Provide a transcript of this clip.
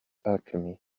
alchemy